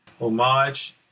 homage